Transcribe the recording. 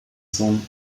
sohn